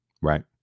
Right